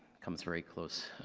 comes very close